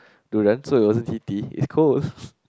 durian so it wasn't heaty it's cold